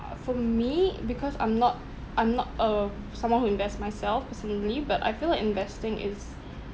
uh for me because I'm not I'm not uh someone who invest myself personally but I feel like investing is